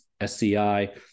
SCI